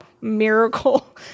miracle